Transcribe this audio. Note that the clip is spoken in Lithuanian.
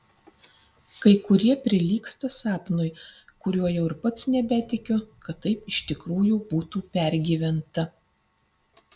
kai kurie prilygsta sapnui kuriuo jau ir pats nebetikiu kad taip iš tikrųjų būtų pergyventa